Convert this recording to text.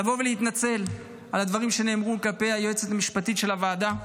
לבוא ולהתנצל על הדברים שנאמרו כלפי היועצת המשפטית של הוועדה.